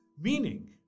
Meaning